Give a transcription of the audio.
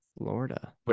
Florida